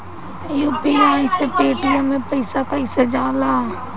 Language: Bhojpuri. यू.पी.आई से पेटीएम मे पैसा कइसे जाला?